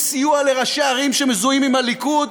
לסיוע לראשי ערים שמזוהים על הליכוד,